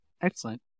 Excellent